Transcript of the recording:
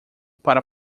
para